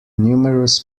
numerous